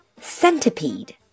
centipede